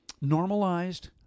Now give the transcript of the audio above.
normalized